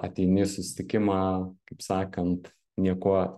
ateini į susitikimą kaip sakant niekuo